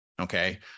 okay